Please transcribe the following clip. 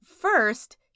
First